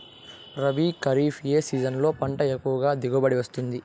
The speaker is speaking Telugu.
రబీ, ఖరీఫ్ ఏ సీజన్లలో పంట ఎక్కువగా దిగుబడి వస్తుంది